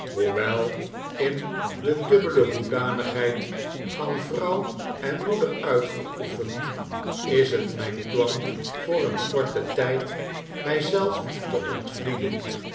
hoewel in de dubbele hoedanigheid van vrouw en moeder uitgeoefend is het mijn plan voor een korten tijd mij zelf te ontvlieden